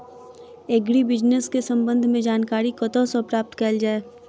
Agri business केँ संबंध मे जानकारी कतह सऽ प्राप्त कैल जाए?